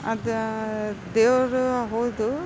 ಅದು ದೇವರೂ ಹೌದು